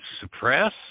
suppress